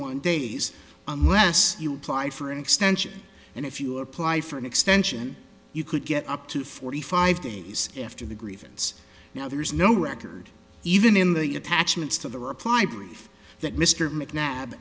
one days unless you applied for an extension and if you apply for an extension you could get up to forty five days after the grievance now there is no record even in the attachments to the reply brief that mr